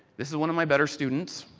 this is one of my better students,